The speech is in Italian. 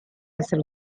essere